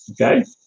Okay